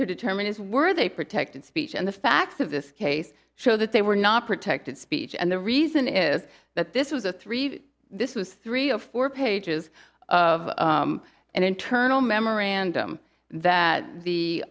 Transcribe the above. to determine is were they protected speech and the facts of this case show that they were not protected speech and the reason is that this was a three this was three or four pages of an internal memorandum that